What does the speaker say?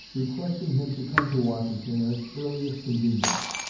requesting him to come to washington at his earliest convenience.